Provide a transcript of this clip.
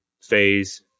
phase